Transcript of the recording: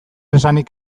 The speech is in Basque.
esanik